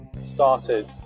started